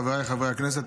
חבריי חברי הכנסת,